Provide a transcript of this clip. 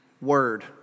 word